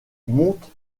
monte